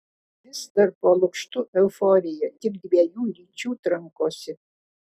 vis dar po lukštu euforija tik dviejų lyčių trankosi